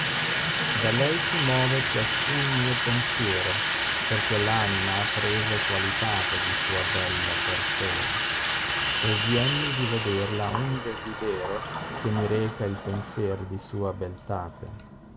da lei si mote ciascun mio pensiero perchè p anima ha preso qualitate di sua bella persona tiemmi di vederla un desidero che mi reca il penser di sua beltate